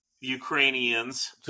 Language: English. ukrainians